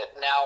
now